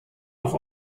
noch